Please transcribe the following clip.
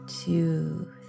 two